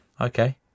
Okay